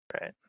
right